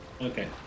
Okay